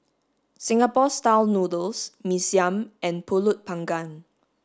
Singapore style noodles mee siam and pulut panggang